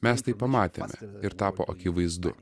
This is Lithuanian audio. mes tai pamatėme ir tapo akivaizdu